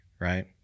right